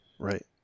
right